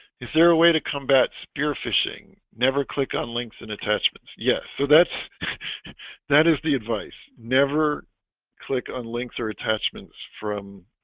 is there a way to combat spearfishing never click on links and attachments yes, so that's that is the advice never click on links or attachments from